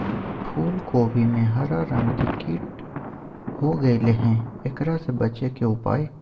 फूल कोबी में हरा रंग के कीट हो गेलै हैं, एकरा से बचे के उपाय?